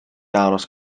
aros